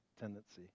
tendency